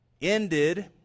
ended